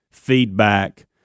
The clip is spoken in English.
feedback